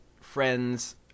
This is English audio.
friends